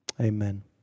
Amen